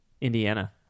Indiana